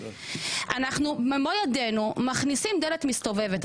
אנחנו במו ידינו מכניסים דלת מסתובבת,